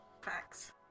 Facts